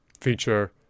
feature